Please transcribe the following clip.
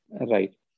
Right